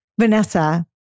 Vanessa